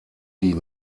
die